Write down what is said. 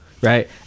right